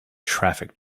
traffic